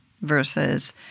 versus